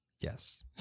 Yes